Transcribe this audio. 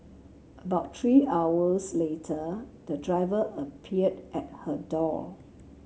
about three hours later the driver appeared at her door